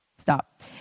stop